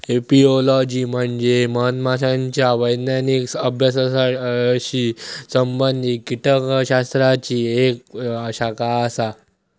apiology म्हणजे मधमाशांच्या वैज्ञानिक अभ्यासाशी संबंधित कीटकशास्त्राची एक शाखा आसा